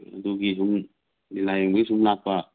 ꯑꯗꯨꯒꯤꯁꯨꯝ ꯂꯤꯂꯥ ꯌꯦꯡꯕꯒꯤ ꯁꯨꯝ ꯂꯥꯛꯄ